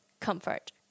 comfort